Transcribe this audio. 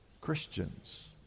Christians